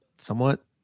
somewhat